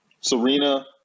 serena